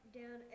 down